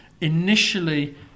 Initially